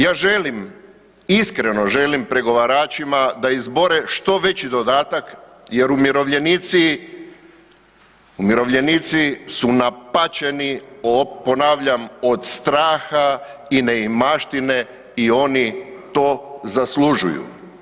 Ja želim, iskreno želim pregovaračima da izbore što veći dodatak jer umirovljenici, umirovljenici su napaćeni, ponavljam od straha i neimaštine i oni to zaslužuju.